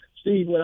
Steve